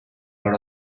out